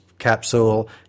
capsule